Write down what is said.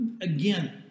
Again